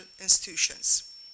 institutions